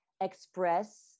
express